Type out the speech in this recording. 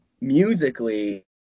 musically